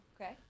Okay